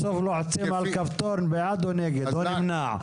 בסוף לוחצים על כפתור "בעד" או "נגד" או "נמנע".